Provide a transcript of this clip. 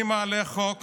אני מעלה את חוק